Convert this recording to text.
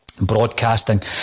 broadcasting